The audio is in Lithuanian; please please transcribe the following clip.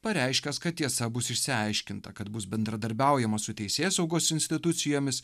pareiškęs kad tiesa bus išsiaiškinta kad bus bendradarbiaujama su teisėsaugos institucijomis